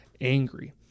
angry